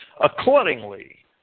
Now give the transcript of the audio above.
Accordingly